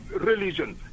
religion